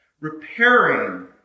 repairing